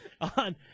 On